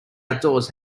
outdoors